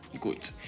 Good